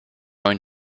going